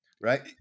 Right